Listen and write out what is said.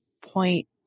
point